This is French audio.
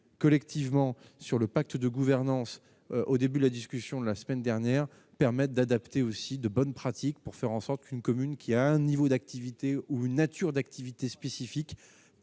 collectivement sur le pacte de gouvernance au début de la discussion la semaine dernière, permettent d'adapter aussi de bonnes pratiques pour faire en sorte qu'une commune qui a un niveau d'activité ou une nature d'activités spécifiques